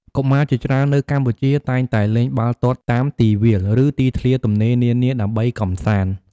កុមារជាច្រើននៅកម្ពុជាតែងតែលេងបាល់ទាត់តាមទីវាល ឬទីធ្លាទំនេរនានាដើម្បីកម្សាន្ត។